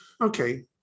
Okay